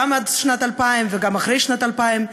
גם עד שנת 2000 וגם אחרי שנת 2000,